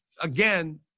again